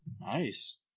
Nice